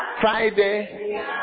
Friday